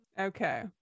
Okay